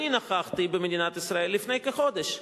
אני נכחתי, במדינת ישראל, כשלפני כחודש,